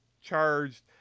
charged